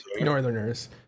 Northerners